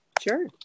Sure